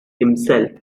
himself